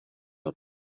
del